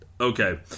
Okay